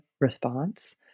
response